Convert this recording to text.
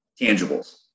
Tangibles